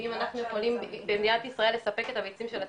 ואם אנחנו יכולים במדינת ישראל לספק את הביצים של עצמנו,